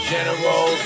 General